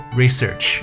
research